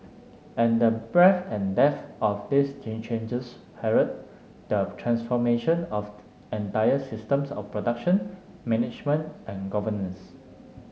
and the breadth and depth of these changes herald the transformation of entire systems of production management and governance